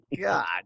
God